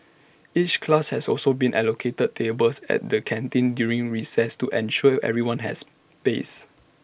each class has also been allocated tables at the canteen during recess to ensure everyone has space